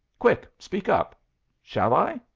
quick, speak up shall i?